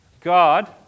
God